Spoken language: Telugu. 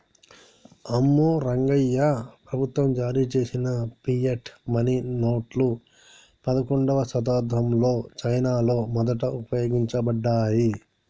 అమ్మో రంగాయ్యా, ప్రభుత్వం జారీ చేసిన ఫియట్ మనీ నోట్లు పదకండవ శతాబ్దంలో చైనాలో మొదట ఉపయోగించబడ్డాయి